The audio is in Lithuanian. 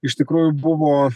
iš tikrųjų buvo